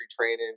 training